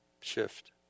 Shift